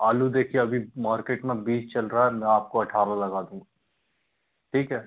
आलू देखिए अभी मार्केट में बीस चल रहा है मैं आप को अट्ठारह लगा दूँगा ठीक है